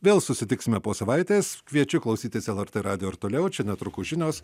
vėl susitiksime po savaitės kviečiu klausytis lrt radijo ir toliau čia netrukus žinios